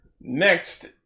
Next